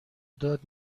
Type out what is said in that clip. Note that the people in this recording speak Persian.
داد